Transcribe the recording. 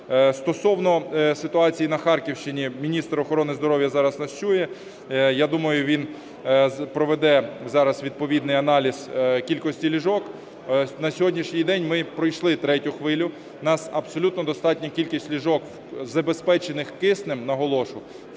Стосовно ситуації на Харківщині. Міністр охорони здоров'я зараз нас чує, я думаю, він проведе зараз відповідний аналіз кількості ліжок. На сьогоднішній день ми пройшли третю хвилю, у нас абсолютно достатня кількість ліжок, забезпечених киснем, наголошу,